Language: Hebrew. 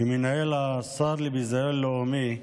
שמנהל השר לביזיון לאומי,